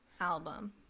album